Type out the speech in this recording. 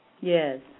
Yes